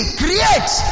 create